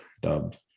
dubbed